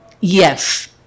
Yes